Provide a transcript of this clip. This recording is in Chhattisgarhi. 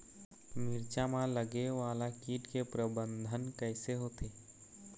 मिरचा मा लगे वाला कीट के प्रबंधन कइसे होथे?